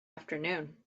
afternoon